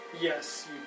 Yes